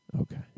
Okay